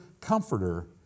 comforter